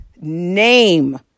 name